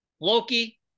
Loki